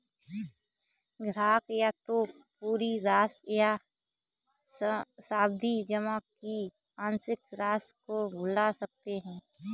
ग्राहक या तो पूरी राशि या सावधि जमा की आंशिक राशि को भुना सकता है